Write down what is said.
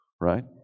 right